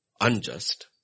unjust